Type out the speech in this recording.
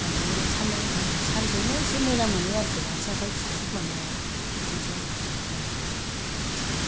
गाहरनानै साननै सानसेनो एसे मोजां मोनो आरोखि आखाय ख्रुब ख्रुब मोननाया बिदिनोसै आरो दाना जोबबाय